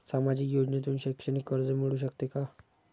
सामाजिक योजनेतून शैक्षणिक कर्ज मिळू शकते का?